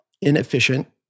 inefficient